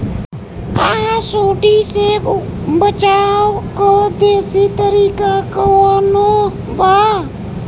का सूंडी से बचाव क देशी तरीका कवनो बा?